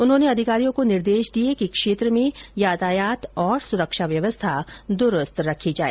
उन्होंने अधिकारियों को निर्देश दिए कि क्षेत्र में यातायात और सुरक्षा द्रस्त रखी जाए